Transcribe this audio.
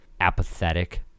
apathetic